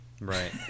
Right